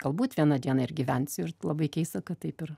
galbūt vieną dieną ir gyvensiu ir labai keista kad taip ir